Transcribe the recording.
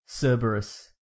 Cerberus